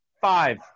Five